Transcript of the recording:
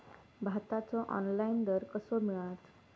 भाताचो ऑनलाइन दर कसो मिळात?